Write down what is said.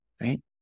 Right